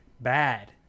bad